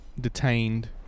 detained